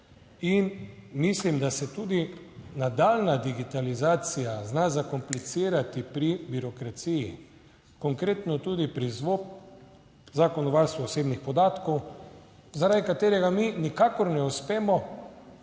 in mislim, da se tudi nadaljnja digitalizacija zna zakomplicirati pri birokraciji, konkretno tudi pri ZVOP, Zakon o varstvu osebnih podatkov, zaradi katerega mi nikakor ne uspemo